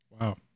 Wow